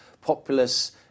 populous